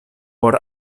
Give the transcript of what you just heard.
por